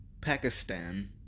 Pakistan